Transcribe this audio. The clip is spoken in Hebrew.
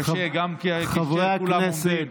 קשה גם כשכולם עומדים.